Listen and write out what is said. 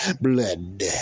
Blood